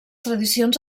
tradicions